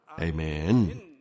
Amen